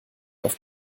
auf